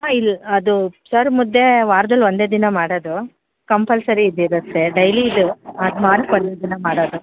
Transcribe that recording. ಹಾಂ ಇಲ್ಲಿ ಅದು ಸೆರಿ ಮುದ್ದೆ ವಾರ್ದಲ್ಲಿ ಒಂದೇ ದಿನ ಮಾಡೋದು ಕಂಪಲ್ಸರಿ ಇದು ಇರುತ್ತೆ ಡೈಲಿ ಇದು ಅದು ವಾರಕ್ಕೆ ಒಂದು ಸಲ ಮಾಡೋದು